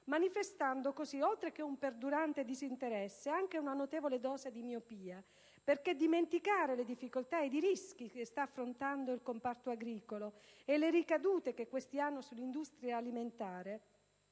manifestando così, oltre che un perdurante disinteresse, anche una notevole dose di miopia. Infatti, dimenticare le difficoltà ed i rischi che sta affrontando il comparto agricolo e le ricadute che questi hanno sull'industria alimentare,